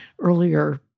earlier